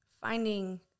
finding